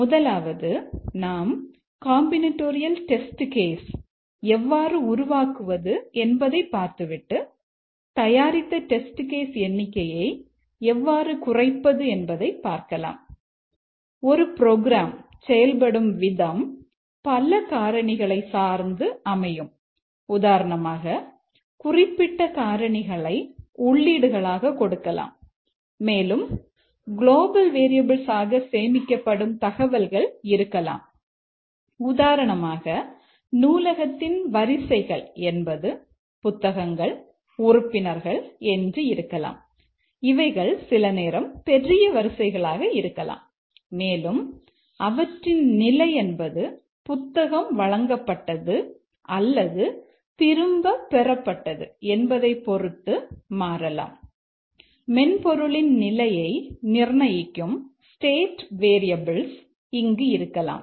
முதலாவது நாம் combinatorial test case இங்கு இருக்கலாம்